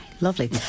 lovely